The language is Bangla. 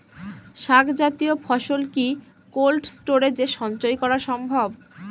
শাক জাতীয় ফসল কি কোল্ড স্টোরেজে সঞ্চয় করা সম্ভব?